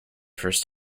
first